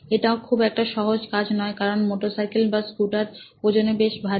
এটাও খুব একটা সহজ কাজ নয় কারণ মোটরসাইকেল বা স্কুটার ওজনে বেশ ভারী